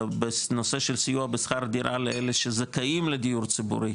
בנושא של סיוע שכר דירה לאלה שזכאים לדיור ציבורי,